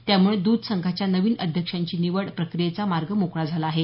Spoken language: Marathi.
त्यामुळे द्ध संघाच्या नवीन अध्यक्षांच्या निवड प्रक्रियेचा मार्ग मोकळा झाला आहे